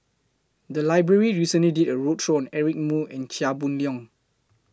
The Library recently did A roadshow Eric Moo and Chia Boon Leong